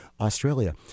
Australia